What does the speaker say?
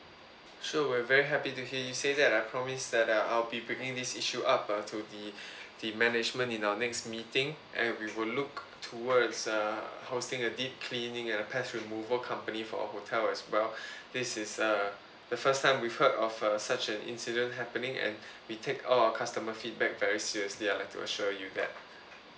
sure we will very happy to hear you say that I promise that uh I'll be bringing this issue up uh to the the management in our next meeting and we will look towards err hosting a deep cleaning and a pest removal company for our hotel as well this is uh the first time we heard of uh such an incident happening and we take all our customer feedback very seriously I like to assure you that